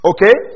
Okay